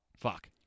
fuck